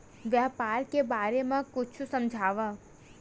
व्यापार के बारे म कुछु समझाव?